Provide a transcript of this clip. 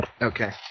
Okay